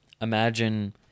imagine